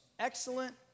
Excellent